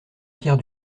pierre